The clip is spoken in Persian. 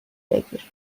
بگیر